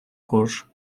корж